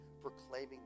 proclaiming